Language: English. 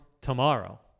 tomorrow